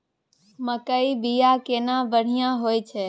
मकई के बीया केना बढ़िया होय छै?